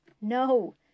No